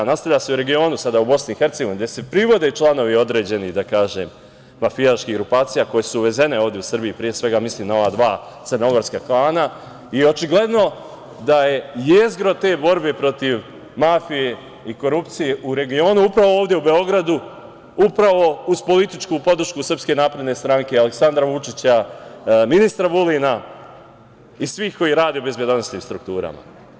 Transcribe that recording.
Nastavlja se u regionu, sada u BiH, gde se privode članovi određenih mafijaških grupacija koje su uvezene ovde u Srbiji, pre svega mislim na ova dva crnogorska klana i očigledno da je jezgro te borbe protiv mafije i korupcije u regionu upravo ovde u Beogradu, upravo uz političku podršku SNS i Aleksandra Vučića, ministra Vulina i svih koji rade u bezbedonosnim strukturama?